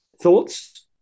Thoughts